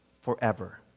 forever